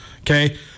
Okay